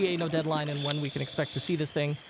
yeah no deadline in when we can expect to see this thing.